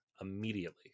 immediately